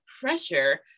pressure